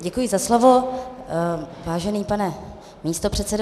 Děkuji za slovo, vážený pane místopředsedo.